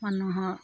মানুহৰ